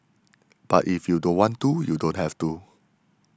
but if you don't want to you don't have to